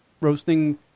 roasting